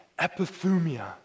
epithumia